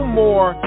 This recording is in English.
more